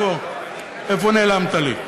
איפה נעלמת לי,